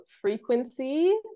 frequency